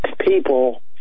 people